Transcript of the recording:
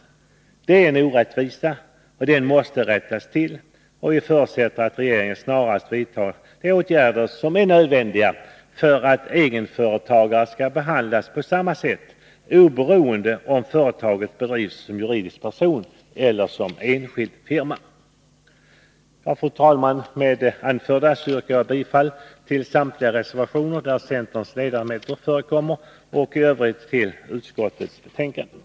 Detta är en orättvisa som måste rättas till, och vi förutsätter att regeringen snarast vidtar åtgärder som är nödvändiga för att egenföretagare skall behandlas på samma sätt, oberoende om företaget drivs som juridisk person eller som enskild firma. Fru talman! Med det anförda yrkar jag bifall till samtliga reservationer där centerns ledamöter förekommer och i övrigt till hemställan i betänkandet.